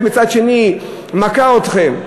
ומצד שני מכה אתכם.